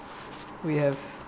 we have